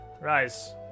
Rise